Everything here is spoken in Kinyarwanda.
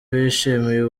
bishimiye